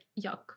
yuck